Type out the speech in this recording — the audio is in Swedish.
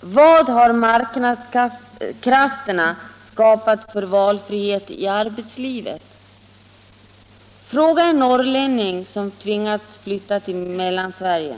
Vad har marknadskrafterna skapat för valfrihet i arbetslivet? Fråga en norrlänning som har tvingats flytta till Mellansverige!